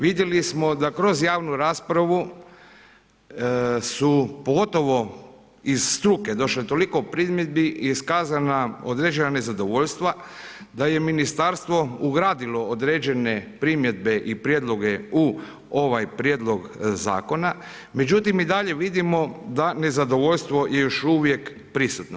Vidjeli smo da kroz javnu raspravu su, pogotovo iz struke došle toliko primjedbi je iskazana određena nezadovoljstva da je ministarstvo ugradilo određene primjedbe i prijedloge u ovaj prijedlog zakona, međutim i dalje vidimo da nezadovoljstvo je još uvijek prisutno.